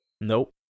Nope